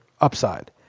upside